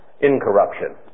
incorruption